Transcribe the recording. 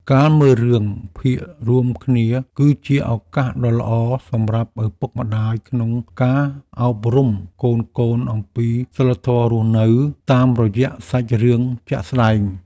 ការមើលរឿងភាគរួមគ្នាគឺជាឱកាសដ៏ល្អសម្រាប់ឪពុកម្ដាយក្នុងការអប់រំកូនៗអំពីសីលធម៌រស់នៅតាមរយៈសាច់រឿងជាក់ស្ដែង។